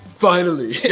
finally!